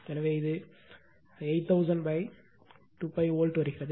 எனவே இது 8000 2π வோல்ட் வருகிறது